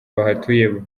bahatuye